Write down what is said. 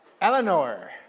Eleanor